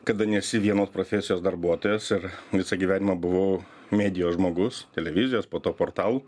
kada nesi vienos profesijos darbuotojas ir visą gyvenimą buvau medijos žmogus televizijos po to portalų